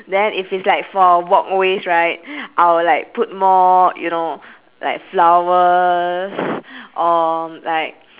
then if it's like for walkways right I will like put more you know like flowers or like